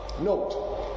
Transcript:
Note